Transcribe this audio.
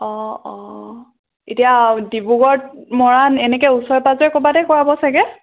অঁ অঁ এতিয়া ডিব্ৰুগড়ত মৰাণ এনেকৈ ওচৰে পাজৰে ক'ৰবাতে কৰাব ছাগৈ